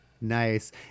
Nice